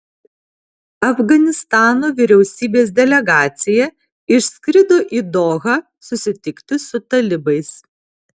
afganistano vyriausybės delegacija išskrido į dohą susitikti su talibais